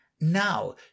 now